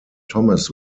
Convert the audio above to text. thomas